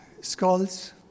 skulls